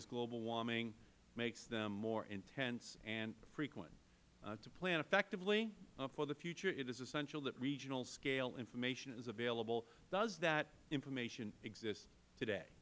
as global warming makes them more intense and frequent to plan effectively for the future it is essential that regional scale information is available does that information exist today